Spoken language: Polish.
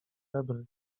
febry